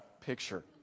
picture